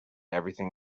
everything